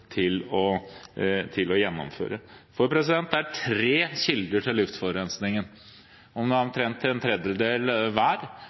samme motet til å gjennomføre. Det er tre kilder til luftforurensningen – de utgjør omtrent en tredjedel hver.